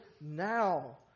now